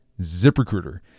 ZipRecruiter